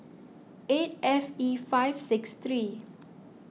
eight F E five six three